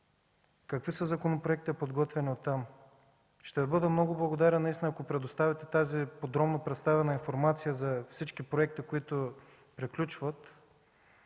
Какви са законопроектите, подготвени от там? Ще бъда много благодарен, ако представите тази подробна информация за всички проекти, които приключват,